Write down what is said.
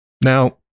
Now